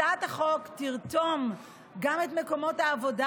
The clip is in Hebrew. הצעת החוק תרתום גם את מקומות העבודה